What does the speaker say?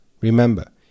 Remember